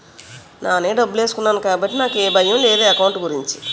నానే డబ్బులేసుకున్నాను కాబట్టి నాకు ఏ భయం లేదు ఎకౌంట్ గురించి